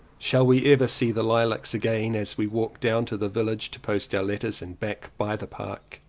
shall we ever see the lilacs again as we walk down to the village to post our letters, and back by the park?